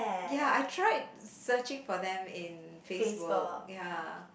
ya I tried searching for them in Facebook ya